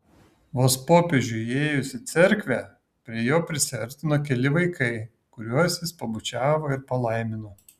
vos popiežiui įėjus į cerkvę prie jo prisiartino keli vaikai kuriuos jis pabučiavo ir palaimino